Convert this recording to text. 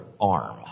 arm